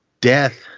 death